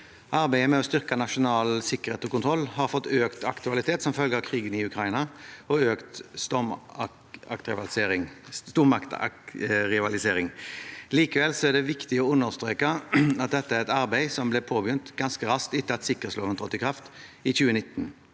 Arbeidet med å styrke nasjonal sikkerhet og kontroll har fått økt aktualitet som følge av krigen i Ukraina og økt stormaktsrivalisering. Likevel er det viktig å understreke at dette er et arbeid som ble påbegynt ganske raskt etter at sikkerhetsloven trådte i kraft i 2019.